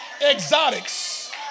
exotics